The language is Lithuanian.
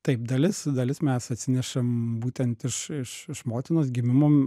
taip dalis dalis mes atsinešam būtent iš iš iš motinos gimimo